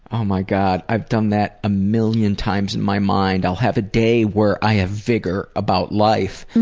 oh my god. i've done that a million times in my mind. i'll have a day where i have vigor about life,